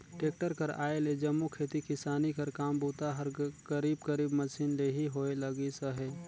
tractor कर आए ले जम्मो खेती किसानी कर काम बूता हर करीब करीब मसीन ले ही होए लगिस अहे